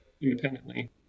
independently